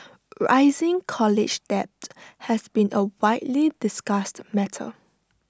rising college debt has been A widely discussed matter